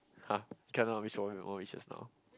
[huh] you cannot wish for one or more wishes now